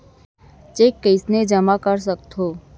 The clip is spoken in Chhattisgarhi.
चेक कईसने जेमा कर सकथो?